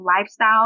lifestyle